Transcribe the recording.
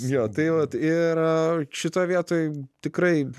jo tai vat ir šitoj vietoj tikrai